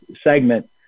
segment